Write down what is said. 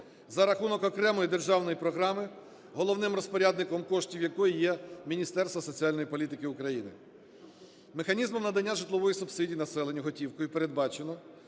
за рахунок окремої державної програми, головним розпорядником коштів якої є Міністерство соціальної політики України. Механізмом надання житлової субсидії населенню готівкою передбачено,